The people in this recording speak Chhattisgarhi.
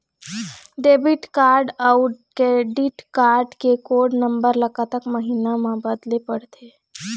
डेबिट कारड अऊ क्रेडिट कारड के कोड नंबर ला कतक महीना मा बदले पड़थे?